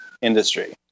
industry